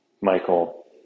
michael